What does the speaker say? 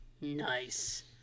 Nice